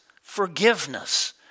forgiveness